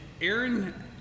Aaron